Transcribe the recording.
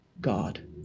God